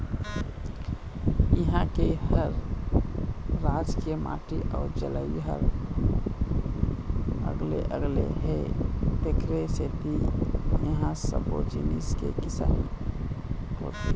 इहां के हर राज के माटी अउ जलवायु ह अलगे अलगे हे तेखरे सेती इहां सब्बो जिनिस के किसानी होथे